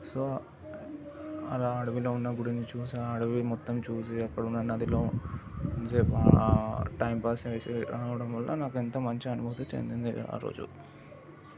so అలా అడవిలో ఉన్నప్పుడు ఇది చూసాను అడవి మొత్తం చూసి అక్కడున్న నదిలో కొంచెం సేపు టైం పాస్ చేసి రావడం వల్ల నాకు ఎంతో మంచి అనుభూతి చెందింది ఆ రోజు